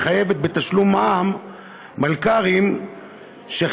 המחייבת מלכ"רים בתשלום מע"מ.